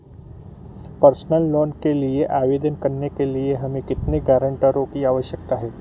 Personal loan के लिए आवेदन करने के लिए हमें कितने गारंटरों की आवश्यकता है?